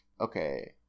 okay